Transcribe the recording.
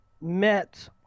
met